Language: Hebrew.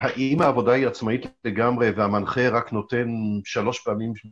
האם העבודה היא עצמאית לגמרי, והמנחה רק נותן... שלוש פעמים ש...